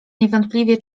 niewątpliwie